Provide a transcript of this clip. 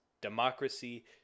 democracy